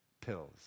pills